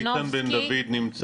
רק